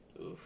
Oof